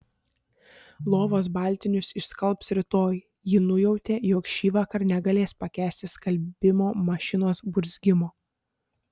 lovos baltinius išskalbs rytoj ji nujautė jog šįvakar negalės pakęsti skalbimo mašinos burzgimo